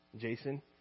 Jason